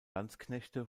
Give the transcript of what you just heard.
landsknechte